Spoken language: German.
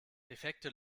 defekte